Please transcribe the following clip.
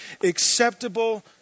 acceptable